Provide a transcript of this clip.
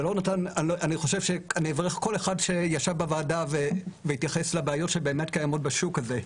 אני אברך כל אחד שישב בוועדה והתייחס לבעיות שבאמת קיימות בשוק הזה,